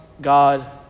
God